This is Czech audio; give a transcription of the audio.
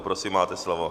Prosím, máte slovo.